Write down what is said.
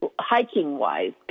hiking-wise